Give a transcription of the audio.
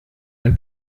ein